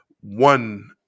one